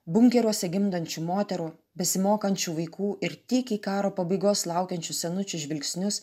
bunkeriuose gimdančių moterų besimokančių vaikų ir tykiai karo pabaigos laukiančių senučių žvilgsnius